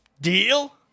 deal